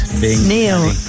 Neil